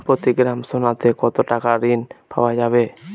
প্রতি গ্রাম সোনাতে কত টাকা ঋণ পাওয়া যাবে?